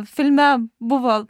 filme buvo